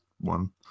one